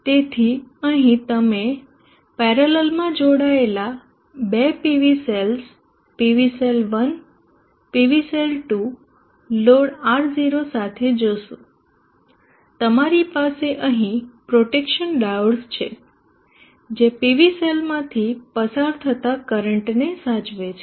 તેથી અહીં તમે પેરેલલમાં જોડાયેલા બે PV સેલ્સ PVસેલ 1 PV સેલ 2 લોડ R0 સાથે જોશો તમારી પાસે અહીં પ્રોટેક્શન ડાયોડસ છે જે PVસેલમાંથી પસાર થતા કરંટને સાચવે છે